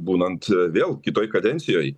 būnant vėl kitoj kadencijoj